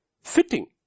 fitting